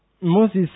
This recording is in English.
Moses